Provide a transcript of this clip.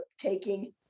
taking